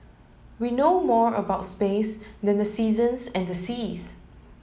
we know more about space than the seasons and the seas